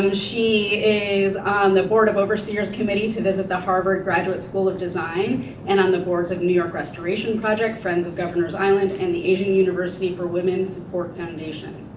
and she is on the board of overseers committee to visit the harvard graduate school of design and on the boards of new york restoration project, friends of governors island and asian university for women support foundation.